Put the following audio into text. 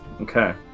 Okay